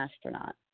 astronaut